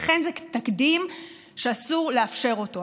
ולכן זה תקדים שאסור לאפשר אותו.